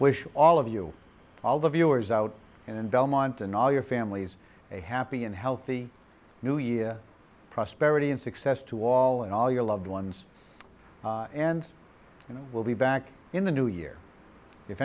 wish all of you all the viewers out in belmont and all your families a happy and healthy new year prosperity and success to all and all your loved ones and we'll be back in the new year if